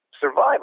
survival